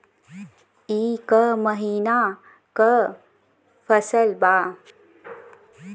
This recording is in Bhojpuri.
ई क महिना क फसल बा?